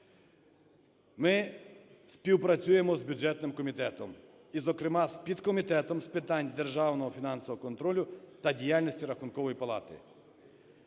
Ми співпрацюємо з бюджетним комітетом і, зокрема, з підкомітетом з питань державного фінансового контролю та діяльності Рахункової плати.